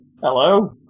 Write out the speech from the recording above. Hello